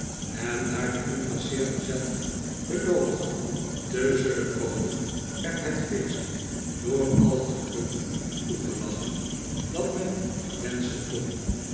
en daar de incasseerder zelf beloofd had te zullen komen werd het feest door al het geluk toegelachen dat men maar wenschen kon